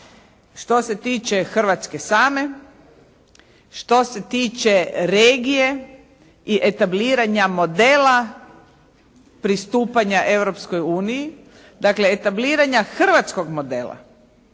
Što se tiče Hrvatske same, što se tiče regije i etabliranja modela pristupanja Europskoj uniji. Dakle etabliranja hrvatskog modela